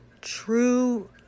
true